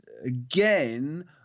again